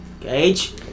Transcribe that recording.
Gage